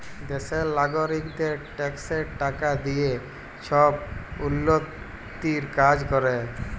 দ্যাশের লগারিকদের ট্যাক্সের টাকা দিঁয়ে ছব উল্ল্যতির কাজ ক্যরে